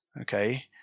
okay